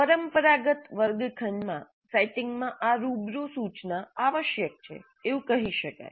પરંપરાગત વર્ગખંડમાં સેટિંગમાં આ રૂબરૂ સૂચના આવશ્યક છે તેવું કહી શકાય